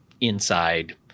inside